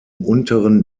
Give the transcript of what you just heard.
unteren